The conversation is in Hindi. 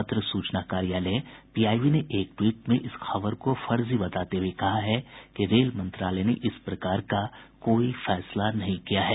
पत्र सूचना कार्यालय पीआईबी ने एक ट्वीट में इस खबर को फर्जी बताते हुए कहा है कि रेल मंत्रालय ने इस प्रकार का कोई फैसला नहीं किया है